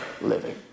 living